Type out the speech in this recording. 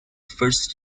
first